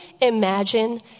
imagine